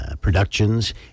productions